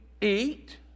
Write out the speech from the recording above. eat